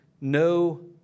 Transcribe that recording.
no